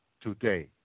today